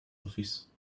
office